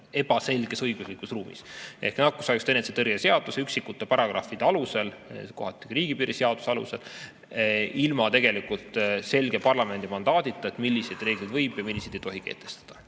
ebaselges õiguslikus ruumis ehk nakkushaiguste ennetamise ja tõrje seaduse üksikute paragrahvide alusel, kohati ka riigipiiri seaduse alusel, ilma selge parlamendi mandaadita, milliseid reegleid võib ja millised ei tohi kehtestada.